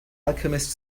alchemist